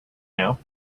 now